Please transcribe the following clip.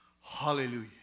Hallelujah